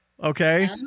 Okay